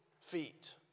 feet